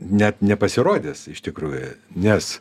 net nepasirodęs iš tikrųjų nes